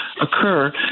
occur